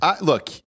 look